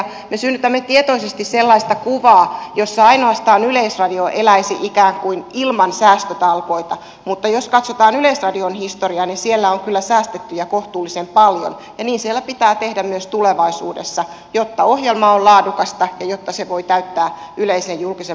me synnytämme tietoisesti sellaista kuvaa jossa ainoastaan yleisradio eläisi ikään kuin ilman säästötalkoita mutta jos katsotaan yleisradion historiaa niin siellä on kyllä säästetty ja kohtuullisen paljon ja niin siellä pitää tehdä myös tulevaisuudessa jotta ohjelma on laadukasta ja jotta se voi täyttää yleisen julkisen palvelun tehtävät